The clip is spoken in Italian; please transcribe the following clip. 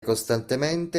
costantemente